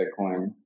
Bitcoin